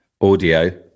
audio